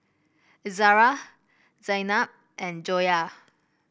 Izzara Zaynab and Joyah